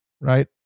right